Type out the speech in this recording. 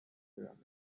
pyramids